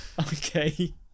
okay